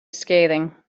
scathing